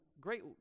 great